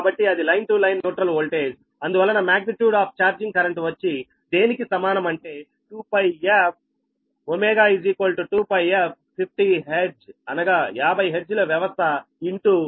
కాబట్టి అది line to neutral voltage అందువలన మాగ్నిట్యూడ్ ఆఫ్ ఛార్జింగ్ కరెంట్ వచ్చి దేనికి సమానం అంటే 2πf ω2πf 50 హెర్ట్జ్ వ్యవస్థ ఇంటూ 4